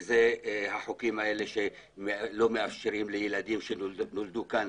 וזה החוקים האלה שלא מאפשרים לילדים שנולדו כאן